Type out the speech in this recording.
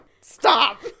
stop